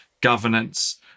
governance